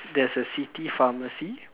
there's city pharmacy